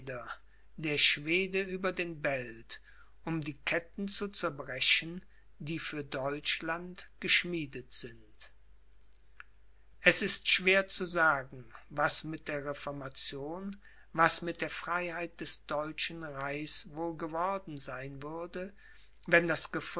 der schwede über den belt um die ketten zu zerbrechen die für deutschland geschmiedet sind es ist sehr schwer zu sagen was mit der reformation was mit der freiheit des deutschen reichs wohl geworden sein würde wenn das